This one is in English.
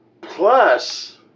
Plus